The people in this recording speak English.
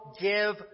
give